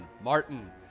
Martin